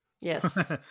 Yes